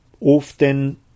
often